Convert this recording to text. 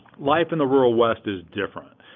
life in the rural west is different,